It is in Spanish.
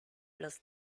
los